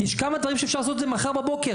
יש כמה דברים שאפשר לעשות כבר מחר בבוקר,